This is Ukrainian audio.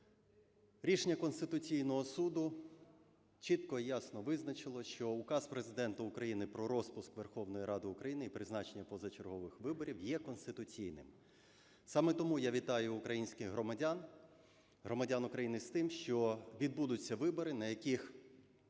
Рішення Конституційного Суду чітко і ясно визначило, що Указ Президента України про розпуск Верховної Ради України і призначення позачергових виборів є конституційним. Саме тому я вітаю українських громадян, громадян України з тим, що відбудуться вибори, на яких